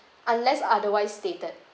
unless otherwise stated